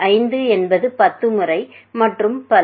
5 என்பது 10 முறை மற்றும் பல